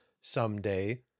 someday